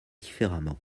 différemment